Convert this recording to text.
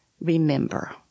remember